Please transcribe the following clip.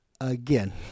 again